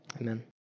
Amen